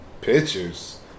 Pictures